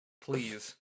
Please